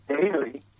daily